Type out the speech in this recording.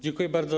Dziękuję bardzo.